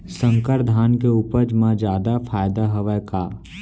संकर धान के उपज मा जादा फायदा हवय का?